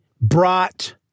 brought